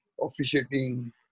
officiating